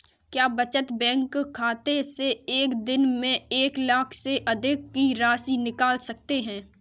क्या बचत बैंक खाते से एक दिन में एक लाख से अधिक की राशि निकाल सकते हैं?